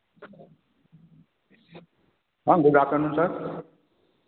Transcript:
हाँ good afternoon sir